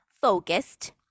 focused